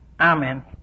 Amen